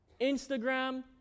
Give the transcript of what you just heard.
Instagram